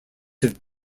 have